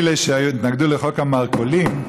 אלה שהתנגדו לחוק המרכולים,